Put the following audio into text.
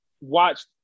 watched –